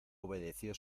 obedeció